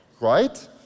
right